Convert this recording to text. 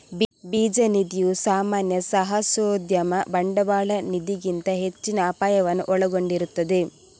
ಬೀಜ ನಿಧಿಯು ಸಾಮಾನ್ಯ ಸಾಹಸೋದ್ಯಮ ಬಂಡವಾಳ ನಿಧಿಗಿಂತ ಹೆಚ್ಚಿನ ಅಪಾಯವನ್ನು ಒಳಗೊಂಡಿರುತ್ತದೆ